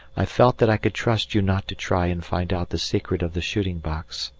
i felt that i could trust you not to try and find out the secret of the shooting-box.